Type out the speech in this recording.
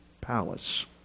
palace